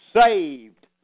saved